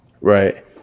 right